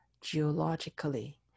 geologically